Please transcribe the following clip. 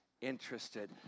interested